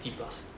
sixty plus